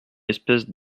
espèce